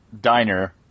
diner